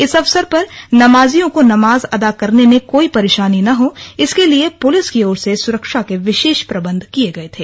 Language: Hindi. इस अवसर पर नमाजियों को नमाज अदा करने में कोई परेशानी न हो इसके लिए पुलिस की ओर से सुरक्षा के विशेष प्रबंध किए गए थे